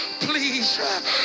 Please